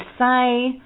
say